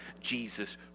Jesus